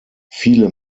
viele